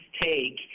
take